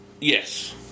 Yes